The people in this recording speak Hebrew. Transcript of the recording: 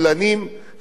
האירופים.